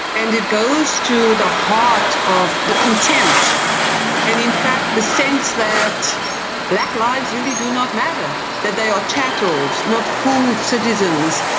and it goes to the heart of the contempt and in fact the sense that black lives really do not matter, that they are chattels, not full citizens.